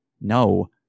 no